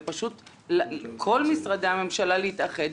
ופשוט על כל משרדי הממשלה להתאחד,